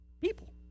people